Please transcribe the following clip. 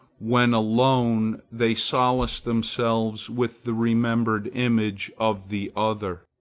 when alone, they solace themselves with the remembered image of the other.